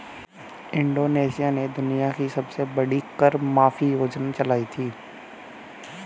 Indonesia ने दुनिया की सबसे बड़ी कर माफी योजना चलाई थी